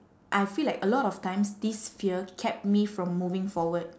I feel like a lot of times this fear kept me from moving forward